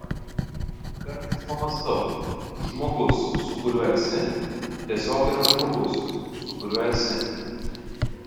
kartais pamąstau žmogus su kuriuo esi tiesiog yra žmogus su kuriuo esi